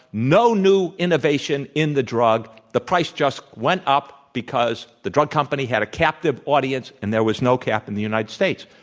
no new innovation in the drug. the price just went up because the drug company had a captive audience and there was no cap in the united states.